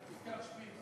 הוזכר שמי?